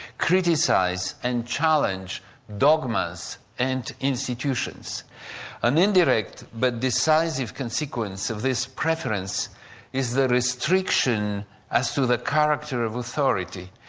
criticise and challenge dogmas and institutions an indirect but decisive consequence of this preference is the restriction as to the character of authority.